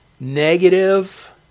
Negative